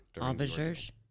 Officers